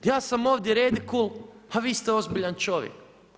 Ja sam ovdje redikul, a vi ste ozbiljan čovjek.